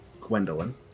Gwendolyn